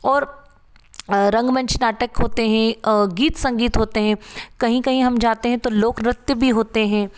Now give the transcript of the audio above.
और रंगमंच नाटक होते हैं गीत संगीत होते हैं कहीं कहीं हम जाते हैं तो लोग नृत्य भी होते हैं